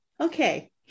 Okay